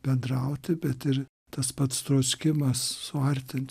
bendrauti bet ir tas pats troškimas suartins